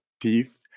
teeth